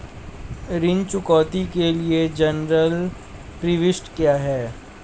ऋण चुकौती के लिए जनरल प्रविष्टि क्या है?